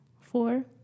four